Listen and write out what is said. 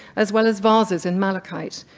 as well as vases in malachite.